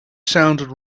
sounded